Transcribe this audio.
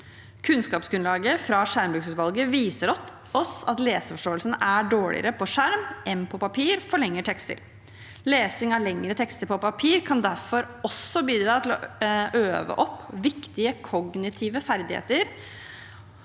Kunnskapsgrunnlaget fra skjermbrukutvalget viser oss at leseforståelsen er dårligere på skjerm enn på papir for lengre tekster. Lesing av lengre tekster på papir kan derfor også bidra til å øve opp viktige kognitive ferdigheter.